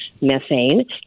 methane